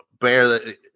barely